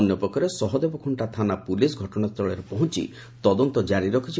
ଅନ୍ୟପକ୍ଷରେ ସହଦେବଖୁକ୍କା ଥାନା ପୁଲିସ୍ ଘଟଣାସ୍କୁଳରେ ପହଞ୍ ତଦନ୍ତ ଜାରି ରଖିଛି